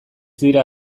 dira